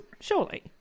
surely